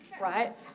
right